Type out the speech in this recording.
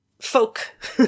folk